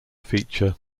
feature